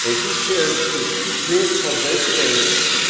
ah he shares his principal residence